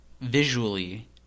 visually